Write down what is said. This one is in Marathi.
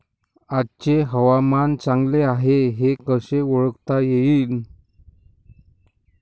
आजचे हवामान चांगले हाये हे कसे ओळखता येईन?